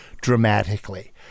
dramatically